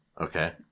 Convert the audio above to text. Okay